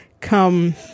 come